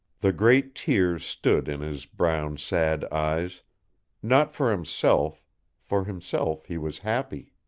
the great tears stood in his brown, sad eyes not for himself for himself he was happy.